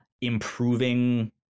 improving